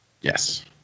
Yes